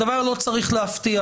הדבר לא צריך להפתיע.